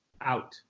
out